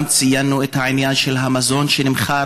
גם ציינו את העניין של המזון שנמכר